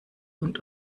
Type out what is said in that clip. und